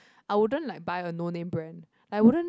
I wouldn't like buy a no name brand I wouldn't